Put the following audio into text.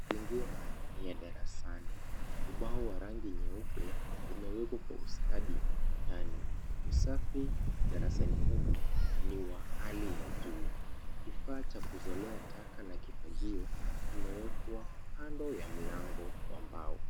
Mazingira ni ya darasani. Ubao wa rangi nyeupe, umewekwa kwa ustadi ukutani. Usafi darasani humu, ni wa hali ya juu. Kifaa cha kuzolea taka na kifagio, kimewekwa kando ya mlango wa mbao.